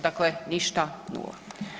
Dakle, ništa nula.